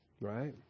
Right